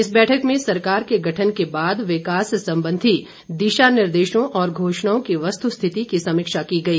इस बैठक में सरकार के गठन के बाद विकास संबंधी दिशा निर्देशों और घोषणाओं की वस्तुस्थिति की समीक्षा की गई